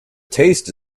taste